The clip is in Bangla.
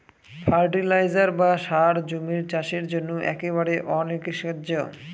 ফার্টিলাইজার বা সার জমির চাষের জন্য একেবারে অনস্বীকার্য